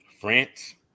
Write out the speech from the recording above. France